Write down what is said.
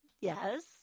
Yes